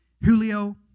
Julio